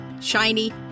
shiny